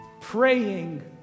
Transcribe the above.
praying